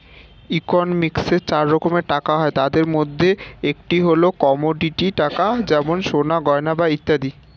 ইকোনমিক্সে চার রকম টাকা হয়, তাদের মধ্যে একটি হল কমোডিটি টাকা যেমন সোনার গয়না বা ইত্যাদি